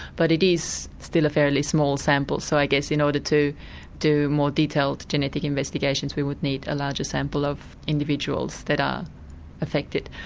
but it is still a fairly small sample, so i guess in order to do more detailed genetic investigations we would need a larger sample of individuals that are affected.